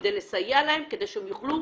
כדי לסייע להן כדי שהן יוכלו